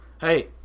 Hey